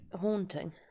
haunting